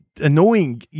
annoying